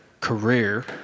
career